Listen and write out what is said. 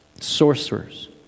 sorcerers